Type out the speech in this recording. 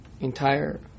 entire